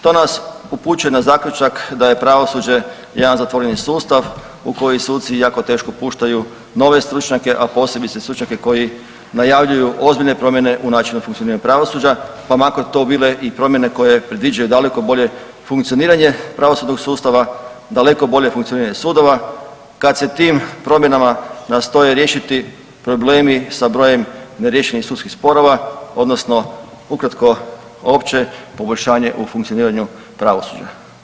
To nas upućuje na zaključak da je pravosuđe jedan zatvoreni sustav u koji suci jako teško puštaju nove stručnjake, a posebice stručnjake koji najavljuju ozbiljne promjene u načinu funkcioniranja pravosuđa, pa makar to bile i promjene koje predviđaju daleko bolje funkcioniranje pravosudnog sustava, daleko bolje funkcioniranje sudova, kad se tim promjenama nastoje riješiti problemi sa brojem neriješenih sudskih sporova odnosno ukratko opće poboljšanje u funkcioniranju pravosuđa.